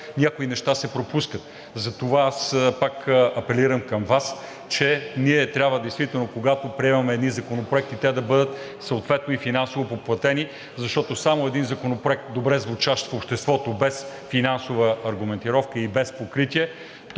някои неща се пропускат. Затова аз пак апелирам към Вас, че действително, когато приемаме един законопроект, трябва да бъде и финансово подплатен, защото само един законопроект, добре звучащ в обществото без финансова аргументировка и без покритие,